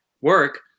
work